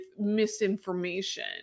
misinformation